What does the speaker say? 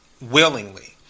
willingly